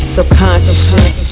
Subconscious